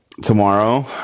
tomorrow